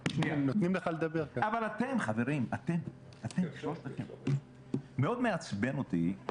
אבל, אתם, חברים מאוד מעצבן אותי.